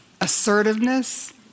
assertiveness